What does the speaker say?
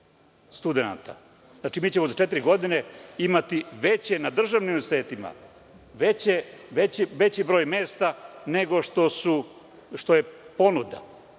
studenata. Znači, mi ćemo za četiri godine imati veće na državnim univerzitetima, veći broj mesta nego što je ponuda.